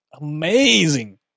amazing